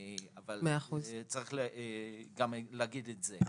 אבל צריך להגיד גם את זה.